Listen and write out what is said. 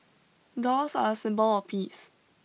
doves are a symbol of peace